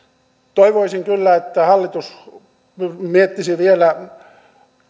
toivoisin kyllä että hallitus miettisi vielä